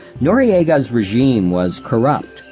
noriega's regime was corrupt,